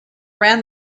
ran